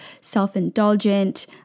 self-indulgent